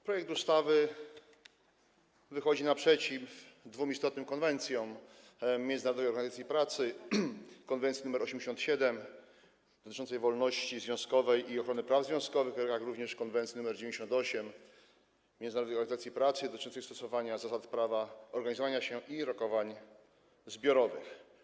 Projekt ustawy wychodzi naprzeciw dwóm istotnym konwencjom Międzynarodowej Organizacji Pracy - konwencji nr 87 dotyczącej wolności związkowej i ochrony praw związkowych, jak również konwencji nr 98 dotyczącej stosowania zasad prawa organizowania się i rokowań zbiorowych.